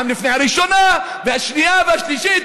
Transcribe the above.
גם לפני הראשונה והשנייה והשלישית.